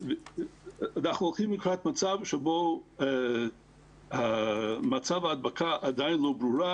אנחנו הולכים לקראת מצב שבו מצב ההדבקה עדיין לא ברור,